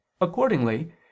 Accordingly